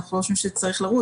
כמובן אם יש שאלות אליי,